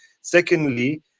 Secondly